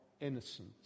innocent